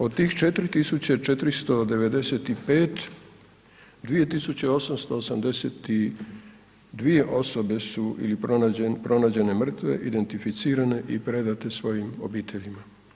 Od tih 4.495, 2.882 osobe su ili pronađene mrtve, identificirane i predate svojim obiteljima.